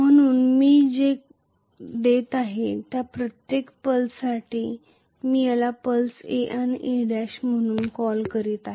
म्हणून मी जे देत आहे त्या प्रत्येक पल्ससाठी मी याला पल्स A आणि A' म्हणून संबोधित करीत आहे